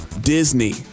Disney